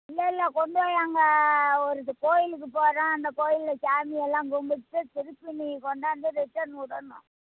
இல்லயில்ல கொண்டு போய் அங்கே ஒரு இது கோயிலுக்குப் போகிறோம் அந்தக் கோயிலில் சாமி எல்லாம் கும்பிட்டு திருப்பி நீ கொண்டாந்து ரிட்டர்ன் விடணும்